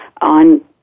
on